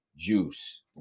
Juice